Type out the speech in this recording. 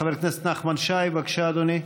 חבר הכנסת נחמן שי, בבקשה, אדוני.